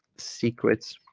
secrets